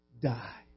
die